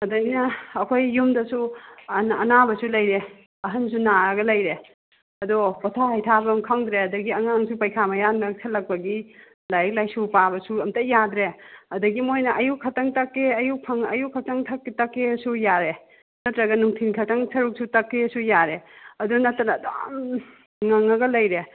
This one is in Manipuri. ꯑꯗ ꯑꯩꯅ ꯑꯩꯈꯣꯏ ꯌꯨꯝꯗꯁꯨ ꯑꯅꯥꯕꯁꯨ ꯂꯩꯔꯦ ꯑꯍꯟꯁꯨ ꯅꯥꯔꯒ ꯂꯩꯔꯦ ꯑꯗꯣ ꯄꯣꯊꯥ ꯍꯩꯊꯥꯐꯝ ꯈꯪꯗ꯭ꯔꯦ ꯑꯗꯒꯤ ꯑꯉꯥꯡꯁꯨ ꯄꯩꯈꯥ ꯃꯌꯥ ꯅꯛꯁꯜꯂꯛꯄꯒꯤ ꯂꯥꯏꯔꯤꯛ ꯂꯥꯏꯁꯨ ꯄꯥꯕꯁꯨ ꯑꯝꯇ ꯌꯥꯗ꯭ꯔꯦ ꯑꯗꯒꯤ ꯃꯣꯏꯅ ꯑꯌꯨꯛ ꯈꯛꯇꯪ ꯇꯛꯀꯦ ꯑꯌꯨꯛ ꯑꯌꯨꯛ ꯈꯛꯇꯪ ꯇꯛꯀꯦꯁꯨ ꯌꯥꯔꯦ ꯅꯠꯇ꯭ꯔꯒꯅ ꯅꯨꯡꯊꯤꯟ ꯈꯛꯇꯪ ꯁꯔꯨꯛꯁꯨ ꯇꯛꯀꯦꯁꯨ ꯌꯥꯔꯦ ꯑꯗꯨ ꯅꯠꯇꯅ ꯑꯗꯨꯝ ꯉꯪꯉꯒ ꯂꯩꯔꯦ